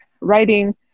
writing